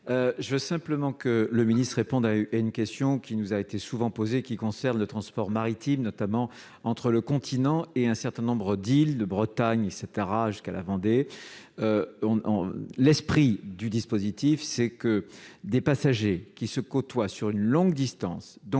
je souhaite que le ministre réponde à une question qui nous a été souvent posée et qui concerne le transport maritime, notamment entre le continent et un certain nombre d'îles au large de la Bretagne ou de la Vendée. L'esprit du dispositif est que des passagers qui se côtoient sur une longue distance,